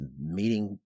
meeting